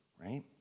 right